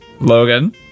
Logan